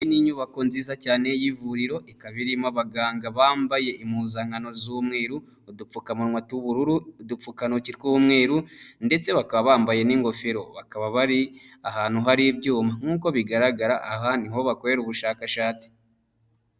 Iyi ni inyubako nziza cyane y'ivuriro ikaba irimo abaganga bambaye impuzankano z'umweru, udupfukamunwa tw'ubururu, udupfukantoki tw'umweru ndetse bakaba bambaye n'ingofero bakaba bari ahantu hari ibyuma, nk'uko bigaragara aha niho bakorera ubushakashatsi.